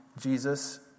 Jesus